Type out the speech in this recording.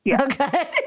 Okay